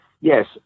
yes